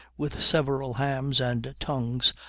with several hams and tongues,